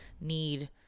need